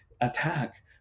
attack